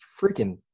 freaking